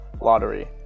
lottery